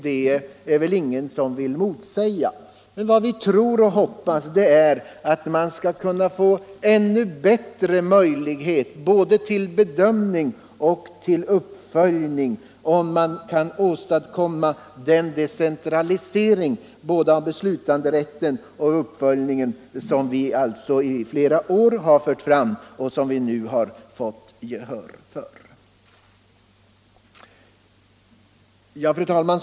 Det är väl ingen som vill motsäga det, men vad vi tror och hoppas är att man skall få ännu bättre möjligheter till både bedömning och uppföljning, om man kan åstadkomma den decentralisering av såväl beslutanderätten som uppföljningen, som vi alltså i flera år har föreslagit och som vi nu har fått gehör för. Fru talman!